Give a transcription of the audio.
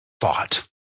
thought